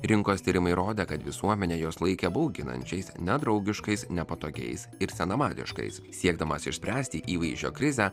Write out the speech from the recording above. rinkos tyrimai rodė kad visuomenė juos laikė bauginančiais nedraugiškais nepatogiais ir senamadiškais siekdamas išspręsti įvaizdžio krizę